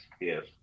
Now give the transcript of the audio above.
yes